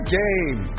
game